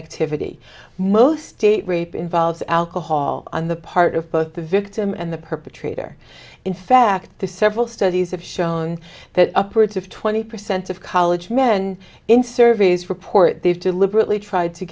activity most date rape involves alcohol on the part of both the victim and the perpetrator in fact several studies have shown that upwards of twenty percent of college men in surveys report they've deliberately tried to